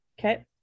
okay